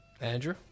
Andrew